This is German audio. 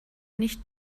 nicht